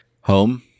home